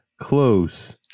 Close